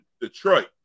Detroit